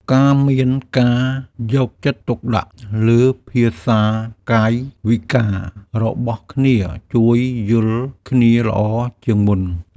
ការមានការយកចិត្តទុកដាក់លើភាសាកាយវិការរបស់គ្នាជួយយល់គ្នាល្អជាងមុន។